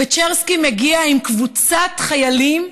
פצ'רסקי מגיע עם קבוצת חיילים,